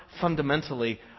fundamentally